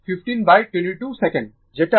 তো 5223 1522 সেকেন্ড যেটা τ